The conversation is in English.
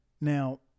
Now